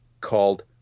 called